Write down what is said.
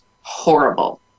horrible